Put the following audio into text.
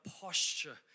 posture